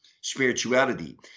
spirituality